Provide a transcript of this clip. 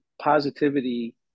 positivity